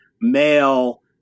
male